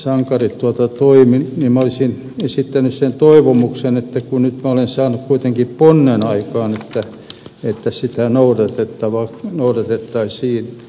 minä olisin esittänyt sen toivomuksen että kun olemme saaneet kuitenkin ponnen aikaan niin sitä noudatettaisiin